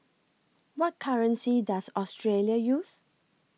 What currency Does Australia use